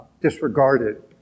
disregarded